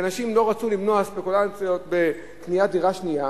שאנשים לא רצו למנוע ספקולציות בקניית דירה שנייה,